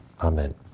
Amen